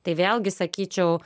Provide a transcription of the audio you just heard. tai vėlgi sakyčiau